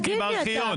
תבדקי בארכיון.